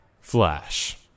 Flash